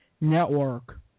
Network